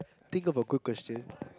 think of a good question